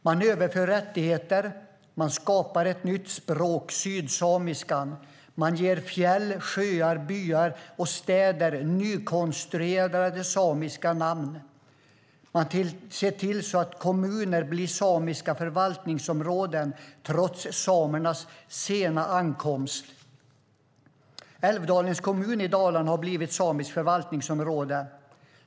Man överför rättigheter, man skapar ett nytt språk, sydsamiskan, och man ger fjäll, sjöar, byar och städer nykonstruerade samiska namn. Man ser också till att kommuner blir samiska förvaltningsområden trots samernas sena ankomst. Älvdalens kommun i Dalarna har blivit samiskt förvaltningsområde.